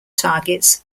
targets